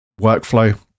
workflow